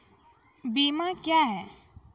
बीमा क्या हैं?